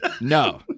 No